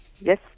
Yes